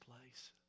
place